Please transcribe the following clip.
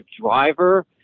driver